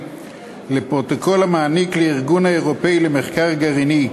לפרוטוקול המעניק לארגון האירופי למחקר גרעיני,